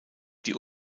die